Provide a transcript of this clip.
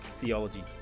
theology